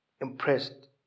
Impressed